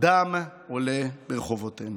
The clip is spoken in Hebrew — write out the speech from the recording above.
הדם עולה ברחובותינו.